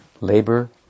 labor